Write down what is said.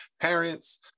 parents